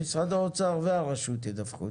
משרד האוצר והרשות ידווחו.